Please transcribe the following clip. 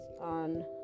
on